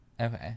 Okay